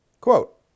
Quote